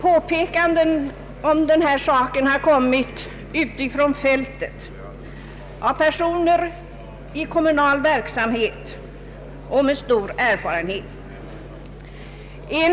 Påpekanden om denna sak har kommit utifrån fältet, från personer i kommunal verksamhet och med stor erfarenhet.